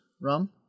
rum